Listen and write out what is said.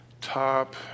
top